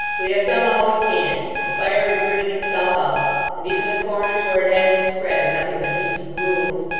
we have done all we can the fire is burning itself out and even the corners where it hasn't spread, are nothing but heaps of ruins.